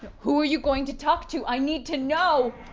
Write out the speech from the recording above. who are you going to talk to? i need to know.